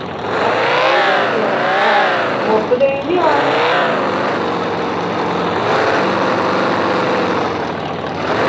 घट्ट कराई ओड़ेओ ऐहें मुफ्त देई ओड़नी आं